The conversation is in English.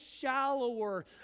shallower